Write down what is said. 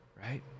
right